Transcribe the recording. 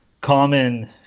common